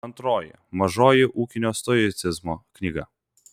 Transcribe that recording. antroji mažoji ūkinio stoicizmo knyga